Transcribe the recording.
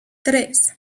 tres